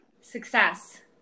Success